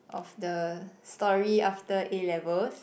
of the story after A-levels